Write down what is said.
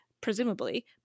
presumably